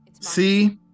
See